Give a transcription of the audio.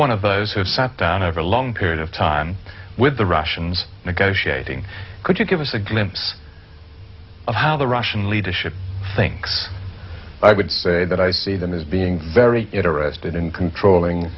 one of those who have sat down over a long period of time with the russians negotiating could you give us a glimpse of how the russian leadership thinks i would say that i see them as being very interested in controlling